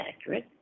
accurate